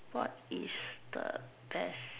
what is the best